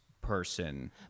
person